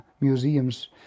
museums